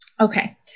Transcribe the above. Okay